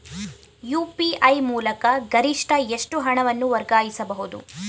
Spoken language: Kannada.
ಯು.ಪಿ.ಐ ಮೂಲಕ ಗರಿಷ್ಠ ಎಷ್ಟು ಹಣವನ್ನು ವರ್ಗಾಯಿಸಬಹುದು?